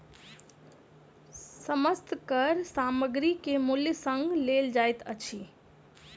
समस्त कर सामग्री के मूल्य संग लेल जाइत अछि